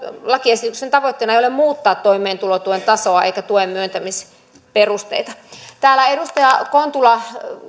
lakiesityksen tavoitteena ei ole muuttaa toimeentulotuen tasoa eikä tuen myöntämisperusteita täällä edustaja kontula